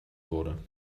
wurde